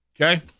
Okay